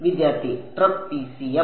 വിദ്യാർത്ഥി ട്രപീസിയം